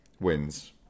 ...wins